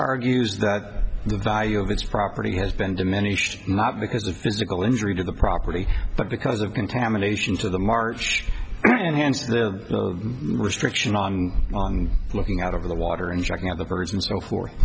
argues that the value of its property has been diminished not because of physical injury to the property but because of contamination to the march and hence the restriction on looking out of the water and checking out the birds and so forth